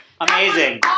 Amazing